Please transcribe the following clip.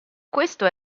questo